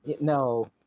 No